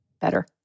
better